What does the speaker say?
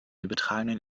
übertragenen